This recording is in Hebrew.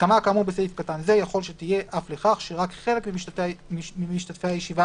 הסכמה כאמור בסעיף קטן זה יכול שתהיה אף לכך שרק חלק ממשתתפי הישיבה